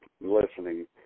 listening